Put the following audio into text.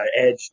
Edge